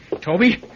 Toby